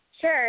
Sure